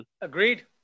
Agreed